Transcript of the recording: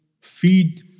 feed